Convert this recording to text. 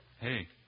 Hey